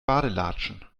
badelatschen